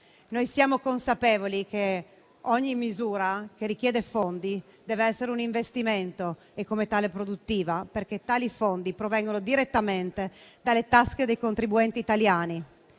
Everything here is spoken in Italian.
Noi siamo consapevoli che ogni misura che richiede fondi deve essere un investimento e come tale produttiva, perché tali fondi provengono direttamente dalle tasche dei contribuenti italiani